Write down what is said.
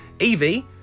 Evie